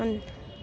અને